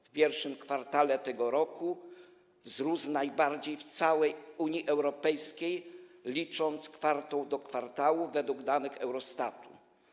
W I kwartale tego roku wzrósł najbardziej w całej Unii Europejskiej, licząc kwartał do kwartału według danych Eurostatu.